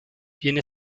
viene